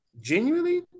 genuinely